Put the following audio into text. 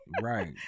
Right